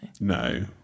No